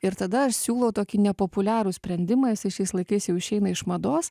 ir tada aš siūlau tokį nepopuliarų sprendimą jisai šiais laikais jau išeina iš mados